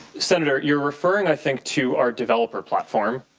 senator, you are referring, i think to our developer platform.